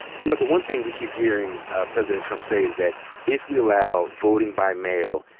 you, the one thing we keep hearing president trump say is that if we allow voting by mail,